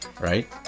right